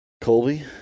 Colby